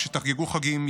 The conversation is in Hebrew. כשתחגגו חגים,